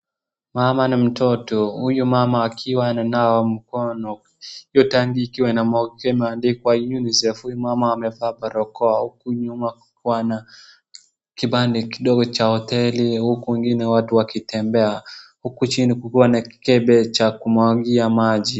Mama na mtoto. Huyu mama akiwa ananawa mkono. Hiyo tangi ikiwa imeandikwa UNICEF. Huyu mama amevaa barakoa huku nyuma kukiwa na kibanda kidogo cha hoteli huku kwingine watu wakitembea. Huku chini kukiwa na kikembe cha kumwagia maji.